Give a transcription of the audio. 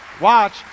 Watch